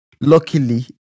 luckily